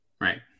Right